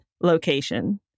location